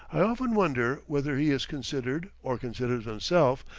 i often wonder whether he is considered, or considers himself,